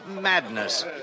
madness